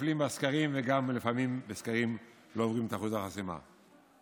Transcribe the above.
נופלות בסקרים ולפעמים לא עוברות את אחוז החסימה בסקרים.